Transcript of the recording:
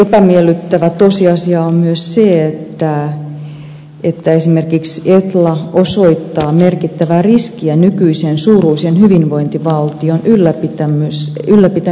epämiellyttävä tosiasia on myös se että esimerkiksi etla osoittaa merkittävän riskin nykyisen suuruisen hyvinvointivaltion ylläpitämismahdollisuuksille